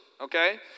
okay